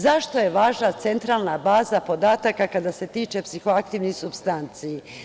Zašto je važna centralna baza podataka kada se tiče psihoaktivnih supstanci?